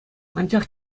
анчах